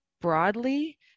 broadly